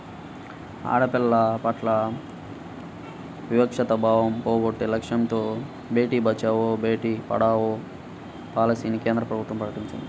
ఆడపిల్లల పట్ల వివక్షతా భావం పోగొట్టే లక్ష్యంతో బేటీ బచావో, బేటీ పడావో పాలసీని కేంద్ర ప్రభుత్వం ప్రకటించింది